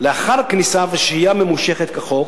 לאחר כניסה ושהייה ממושכת כחוק,